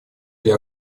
для